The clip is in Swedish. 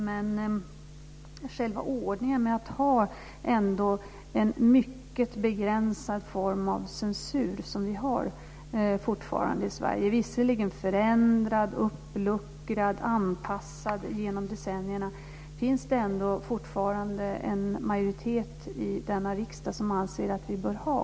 Men själva ordningen med att ändå ha en mycket begränsad form av censur som vi har i Sverige - visserligen förändrad, uppluckrad, anpassad genom decennierna - finns det fortfarande en majoritet i denna riksdag som anser att vi bör ha.